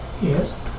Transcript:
Yes